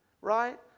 right